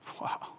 Wow